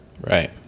right